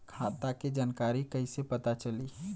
खाता के जानकारी कइसे पता चली?